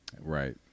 Right